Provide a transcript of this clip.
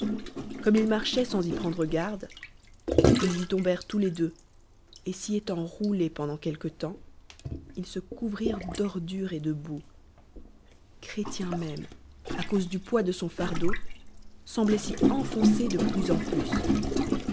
comme ilsmarchoiimt sans y prendré garde ils y tombèren tous les detix et s'y étant roulés pendant quelque temps ils secouvrireut d'ordure et de boue i chrétien même à cause du poids de son fardeau sembloit s'y enfoncer de plus en plus